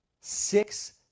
Six